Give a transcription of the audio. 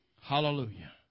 Hallelujah